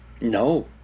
No